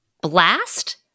Blast